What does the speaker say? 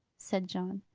said john.